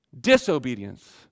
disobedience